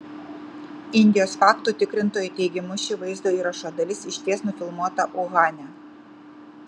indijos faktų tikrintojų teigimu ši vaizdo įrašo dalis išties nufilmuota uhane